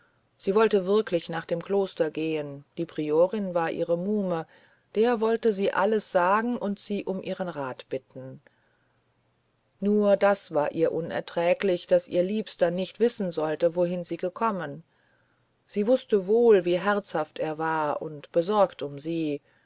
sie wollte wirklich nach dem kloster gehen die priorin war ihre muhme der wollte sie alles sagen und sie um ihren rat bitten nur das war ihr unerträglich daß ihr liebster nicht wissen sollte wohin sie gekommen sie wußte wohl wie herzhaft er war und besorgt um sie